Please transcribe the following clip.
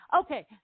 Okay